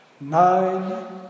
Nine